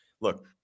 look